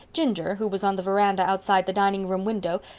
ginger, who was on the veranda outside the dining room window,